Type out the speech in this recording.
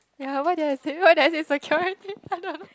ya why did I say why did I say security I don't know